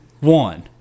one